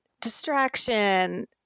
distraction